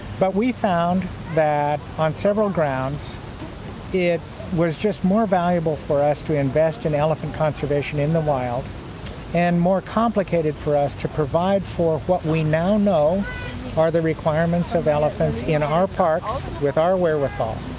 but we found that on several grounds it was just more valuable for us to invest in elephant conservation in the wild and more complicated for us to provide for what we now know are the requirements of elephants in our parks with our wherewithal.